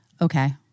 okay